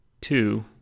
two